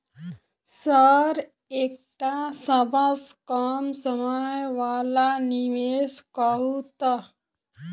Sir एकटा सबसँ कम समय वला निवेश कहु तऽ?